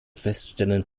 feststellen